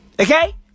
Okay